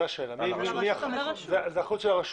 זאת אחריות הרשות.